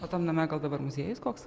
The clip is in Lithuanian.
o tam name gal dabar muziejus koks